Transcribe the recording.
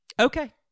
Okay